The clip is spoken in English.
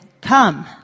come